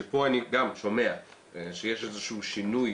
שפה אני גם שומע שיש איזשהו אולי שינוי